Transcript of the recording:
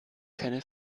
keine